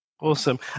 Awesome